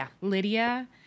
Lydia